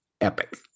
epic